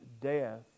death